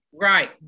Right